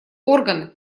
орган